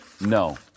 No